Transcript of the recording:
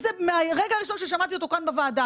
זה מהרגע הראשון ששמעתי אותו כאן בוועדה.